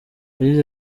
yagize